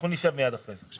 אנחנו נשב מייד אחרי זה.